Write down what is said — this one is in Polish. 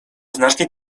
znacznie